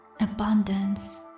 abundance